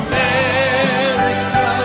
America